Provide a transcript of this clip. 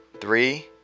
Three